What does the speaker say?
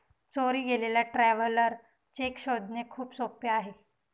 चोरी गेलेला traveller cheque शोधणे खूप सोपे आहे